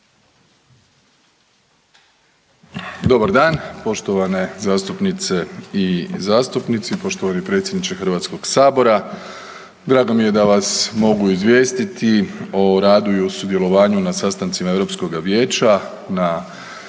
Dobar dan poštovane zastupnice i zastupnici, poštovani predsjedniče HS. Drago mi je da vas mogu izvijestiti o radu i o sudjelovanju na sastancima Europskoga vijeća na fizičkim